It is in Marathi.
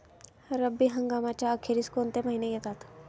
रब्बी हंगामाच्या अखेरीस कोणते महिने येतात?